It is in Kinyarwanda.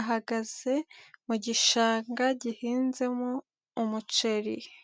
ahagaze mu gishanga gihinzemo umuceriri.